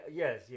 yes